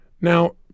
Now